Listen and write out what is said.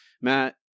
Matt